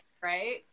right